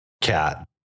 Cat